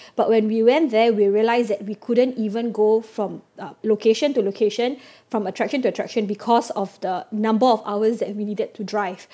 but when we went there we realised that we couldn't even go from uh location to location from attraction to attraction because of the number of hours that we needed to drive